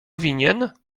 winien